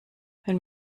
wenn